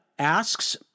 asks